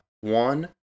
One